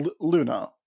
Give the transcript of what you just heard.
Luna